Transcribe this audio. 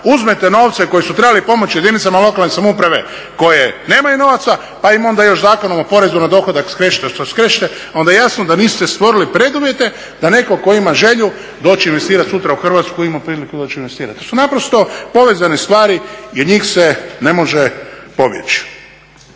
uzmete novca koji su trebali pomoći jedinicama lokalne samouprave koje nemaju novaca, pa im onda još Zakonom o porezu na dohodak skrešete što skrešete onda je jasno da niste stvorili preduvjete, da netko tko ima želju doći investirati sutra u Hrvatsku ima priliku doći investirati. To su naprosto povezane stvari i od njih se ne može pobjeći.